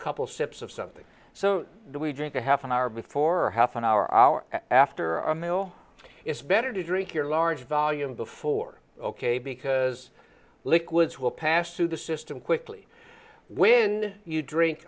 couple sips of something so that we drink a half an hour before half an hour hour after a meal it's better to drink your large volume before ok because liquids will pass through the system quickly when you drink